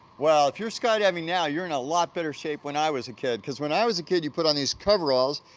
well, if you're skydiving now, you're in a lot better shape than i was a kid, cause when i was a kid, you put on these coveralls.